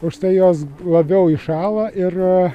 o štai jos labiau įšąla ir